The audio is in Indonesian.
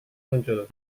muncul